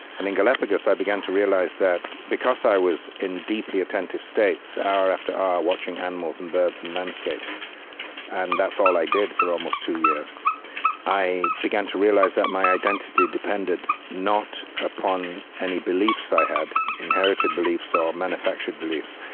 and in galapagos, i began to realize that because i was in deeply attentive states, hour after hour, watching animals and birds and landscapes and that's all i did for almost two years i began to realize that my identity depended not upon any beliefs i had, inherited beliefs or manufactured beliefs,